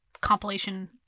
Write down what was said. compilation